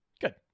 Good